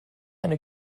eine